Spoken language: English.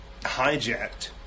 hijacked